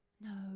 No